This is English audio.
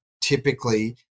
typically